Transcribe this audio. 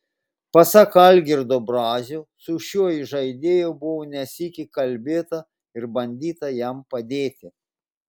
pasak algirdo brazio su šiuo įžaidėju buvo ne sykį kalbėta ir bandyta jam padėti